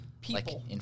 People